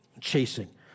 chasing